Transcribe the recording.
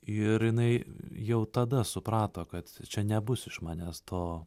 ir jinai jau tada suprato kad čia nebus iš manęs to